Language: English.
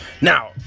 Now